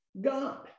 God